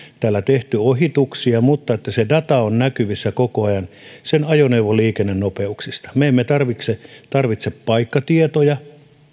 tällä tehty ohituksia mutta että se data on näkyvissä koko ajan sen ajoneuvoliikennenopeuksista me emme tarvitse tarvitse paikkatietoja